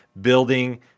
building